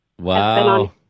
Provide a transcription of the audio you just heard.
Wow